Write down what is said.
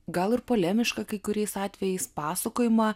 gal ir polemišką kai kuriais atvejais pasakojimą